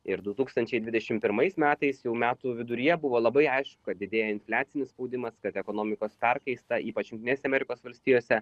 ir du tūkstančiai dvidešimt pirmais metais jau metų viduryje buvo labai aišku kad didėja infliacinis spaudimas kad ekonomikos perkaista ypač jungtinėse amerikos valstijose